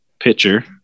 pitcher